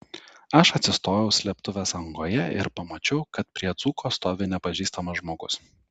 aš atsistojau slėptuvės angoje ir pamačiau kad prie dzūko stovi nepažįstamas žmogus